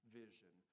vision